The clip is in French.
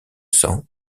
sang